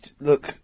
look